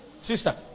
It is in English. Sister